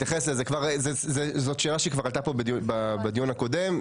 זאת שאלה שכבר עלתה כאן בדיון הקודם,